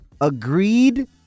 agreed